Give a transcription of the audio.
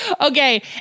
Okay